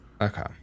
Okay